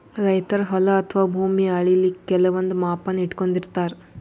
ರೈತರ್ ಹೊಲ ಅಥವಾ ಭೂಮಿ ಅಳಿಲಿಕ್ಕ್ ಕೆಲವಂದ್ ಮಾಪನ ಇಟ್ಕೊಂಡಿರತಾರ್